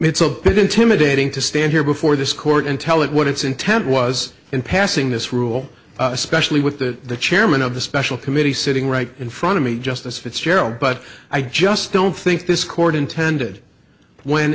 it's a bit intimidating to stand here before this court and tell it what its intent was in passing this rule especially with the chairman of the special committee sitting right in front of me justice fitzgerald but i just don't think this court intended when